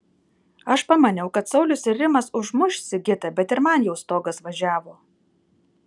aš pamaniau kad saulius ir rimas užmuš sigitą bet ir man jau stogas važiavo